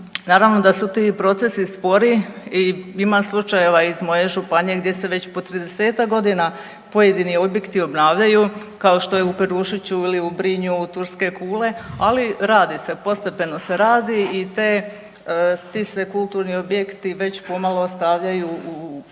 Naravno da su ti procesi spori i ima slučajeva iz moje županije gdje se već po 30-tak godina pojedini objekti obnavljaju kao što je u Perušiću ili u Brinju turske kule, ali radi se, postepeno se radi i te, ti se kulturni objekti već pomalo stavljaju u funkciju